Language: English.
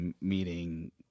meeting